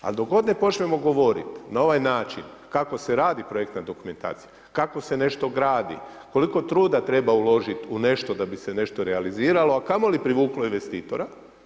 Ali dok god ne počnemo govoriti na ovaj način kako se radi projektna dokumentacija, kako se nešto gradi, koliko truda treba uložiti u nešto da bi se nešto realiziralo a kamoli privuklo investitora.